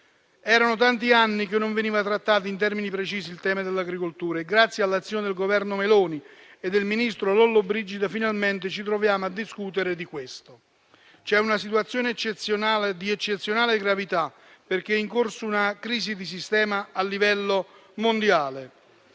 Erano tanti anni che non veniva trattato in termini precisi il tema dell'agricoltura e, grazie all'azione del Governo Meloni e del ministro Lollobrigida, finalmente ci troviamo a discutere di questo. C'è una situazione di eccezionale gravità, perché è in corso una crisi di sistema a livello mondiale.